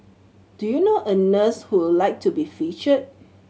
do you know a nurse who would like to be featured